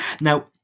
now